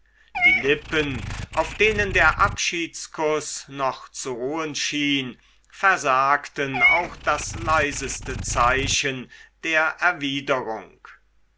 die lippen auf denen der abschiedskuß noch zu ruhen schien versagten auch das leiseste zeichen der erwiderung